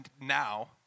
now